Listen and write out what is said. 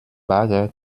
bagger